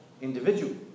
individual